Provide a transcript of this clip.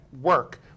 work